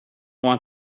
want